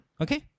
okay